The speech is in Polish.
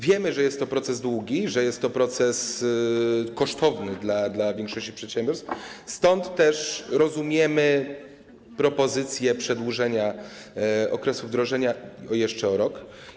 Wiemy, że jest to proces długi, że jest to proces kosztowny dla większości przedsiębiorstw, stąd też rozumiemy propozycję przedłużenia okresu wdrożenia jeszcze o rok.